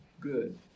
good